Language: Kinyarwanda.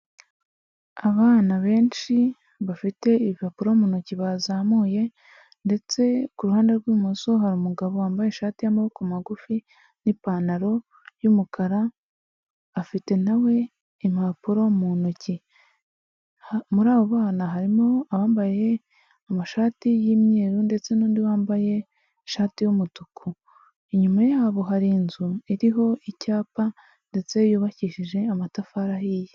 Abana benshi bafite ibipapuro mu ntoki bazamuye, ndetse ku ruhande rw'ibumoso hari umugabo wambaye ishati y'amaboko magufi n'ipantaro y'umukara afite nawe impapuro mu ntoki, muri abo bana harimo abambaye amashati y'imyeru ndetse n'undi wambaye ishati y'umutuku, inyuma yabo hari inzu iriho icyapa ndetse yubakishije amatafari ahiye.